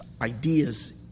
ideas